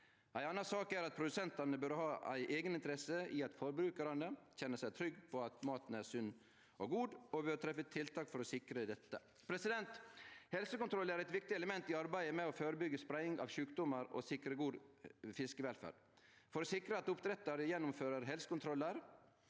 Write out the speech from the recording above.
Ei anna sak er at produsentane bør ha ei ei geninteresse i at forbrukarane kjenner seg trygge på at maten er sunn og god, og bør treffe tiltak for å sikre dette. Helsekontroll er eit viktig element i arbeidet med å førebyggje spreiing av sjukdomar og sikre god fiskevelferd. For å sikre at oppdrettar gjennomfører helsekontrollar